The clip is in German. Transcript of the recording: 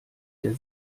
der